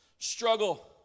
struggle